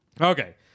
Okay